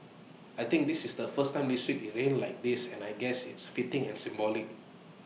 I think this is the first time this week IT rained like this and I guess it's fitting and symbolic